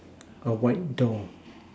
a white door